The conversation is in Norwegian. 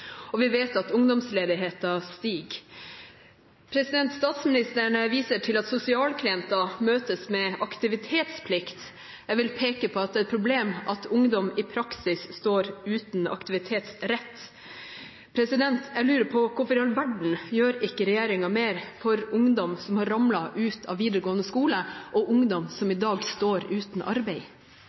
Og vi vet at ungdomsledigheten stiger. Statsministeren viser til at sosialklienter møtes med aktivitetsplikt. Jeg vil peke på at det er et problem at ungdom i praksis står uten aktivitetsrett. Jeg lurer på hvorfor i all verden regjeringen ikke gjør mer for ungdom som har ramlet ut av videregående skole, og ungdom som i dag står uten arbeid?